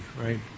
right